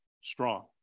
strong